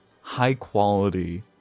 high-quality